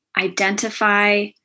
identify